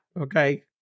Okay